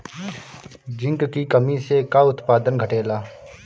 Zinc की कमी से का उत्पादन घटेला?